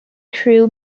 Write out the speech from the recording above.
crew